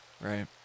Right